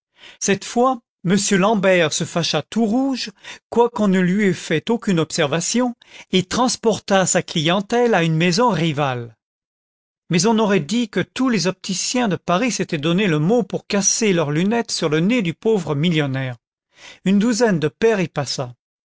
cette fois m l'ambert se fà clia tout rouge quoiqu'on ne lui eût fait aucune observation et transporta sa clientèle à une maison rivale content from google book search generated at mais on aurait dit que tous les opticiens de paris s'étaient donné le mot pour casser leurs lunettes sur le nez du pauvre millionnaire une douzaine de paires y passa